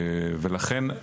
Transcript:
לכן,